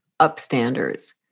upstanders